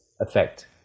effect